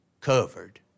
covered